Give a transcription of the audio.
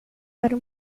para